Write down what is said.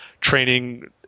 training